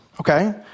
okay